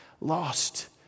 lost